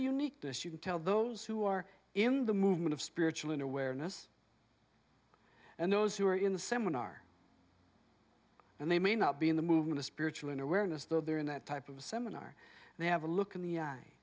is unique this you can tell those who are in the movement of spiritual awareness and those who are in the seminar and they may not be in the movement of spiritual and awareness though they're in that type of a seminar they have a look